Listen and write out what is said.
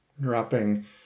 Dropping